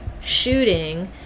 shooting